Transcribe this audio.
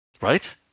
Right